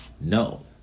No